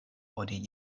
oni